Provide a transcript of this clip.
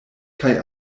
kaj